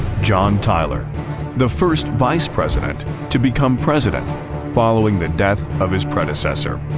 john tyler the first vice president to become president following the death of his predecessor.